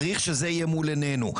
צריך שזה יהיה מול עינינו.